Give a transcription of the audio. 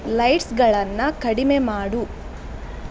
ಲೈಟ್ಸ್ಗಳನ್ನು ಕಡಿಮೆ ಮಾಡು